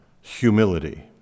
humility